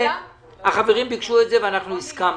החברים ביקשו את זה ואנחנו הסכמנו.